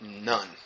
None